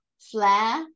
flare